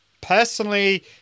personally